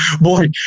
boy